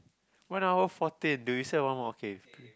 one hour fourteen do we still have one more okay